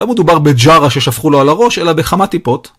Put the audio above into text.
לא מדובר בג'רה ששפכו לו על הראש, אלא בכמה טיפות.